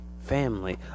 family